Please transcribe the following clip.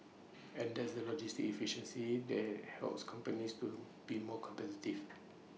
and that's the logistic efficiency that helps companies to be more competitive